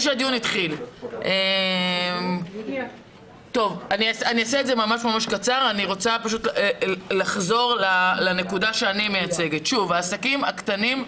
בלי מי שישב שם שייצג את העסקים הקטנים,